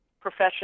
profession